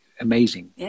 amazing